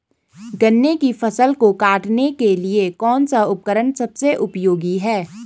गन्ने की फसल को काटने के लिए कौन सा उपकरण सबसे उपयोगी है?